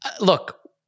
look